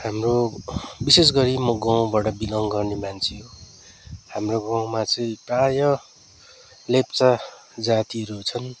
हाम्रो विशेषगरी म गाउँबाट बिलङ गर्ने मान्छे हो हाम्रो गाउँमा चाहिँ प्रायः लेप्चा जातिहरू छन्